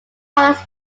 colors